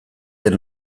den